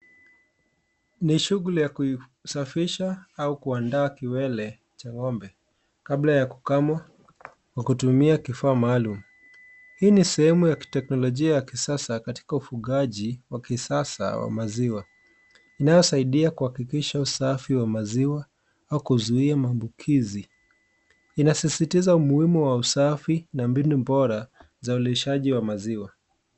Ni shughuli ya kusafisha au kuandaa kiwele cha ng'ombe, kabla ya kukamwa kwa kutumia kifaa maalum. Hii ni sehemu ya teknolojia ya kisasa katika ufugaji wa kisasa wa maziwa. Inayosaidia kuhakikisha usafi wa maziwa au kuzuia maambukizi. Inasisitiza umuhimu wa usafi na mbinu bora za ulishaji wa maziwa.